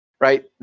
right